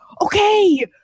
Okay